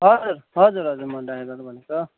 हजुर हजुर हजुर मो ड्राइभर बोलेको